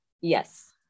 Yes